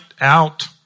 out